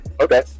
Okay